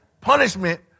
punishment